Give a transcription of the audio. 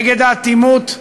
נגד האטימות,